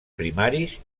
primaris